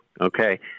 Okay